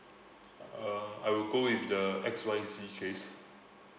uh I will go with the X Y Z case